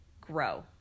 grow